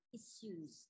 issues